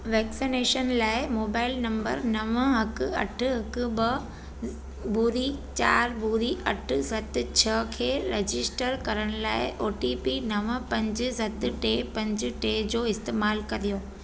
vaccination लाइ mobile number नव अग अठ हिकु ॿ ॿुड़ी चारि ॿुड़ी अठ सत छह खे रजिस्टर करण लाइ ओ टी पी नव पंज सत टे पंज टे जो इस्तेमालु करियो